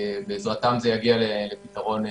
בעזרתם זה יגיע לפתרון מיידי.